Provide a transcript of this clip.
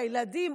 לילדים,